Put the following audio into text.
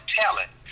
talent